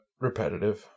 repetitive